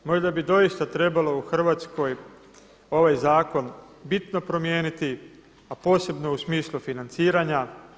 Možda bi doista trebalo u Hrvatskoj ovaj zakon bitno promijeniti, a posebno u smislu financiranja.